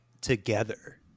together